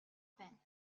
байна